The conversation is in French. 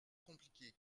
compliquée